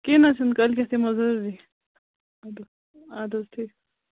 کیٚنٛہہ نہَ حظ چھُنہٕ کٲلۍ کٮ۪تھ یِمو ضروٗری اَدٕ اَدٕ حظ ٹھیٖک